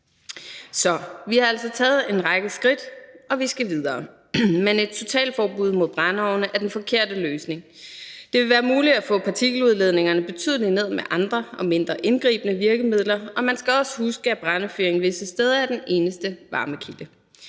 vi har altså taget en række skridt, og vi skal videre. Men et totalforbud mod brændeovne er den forkerte løsning. Det vil være muligt at få partikeludledningerne betydelig ned med andre og mindre indgribende virkemidler, og man skal også huske, at brændefyring visse steder er den eneste varmekilde.